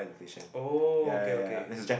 oh okay okay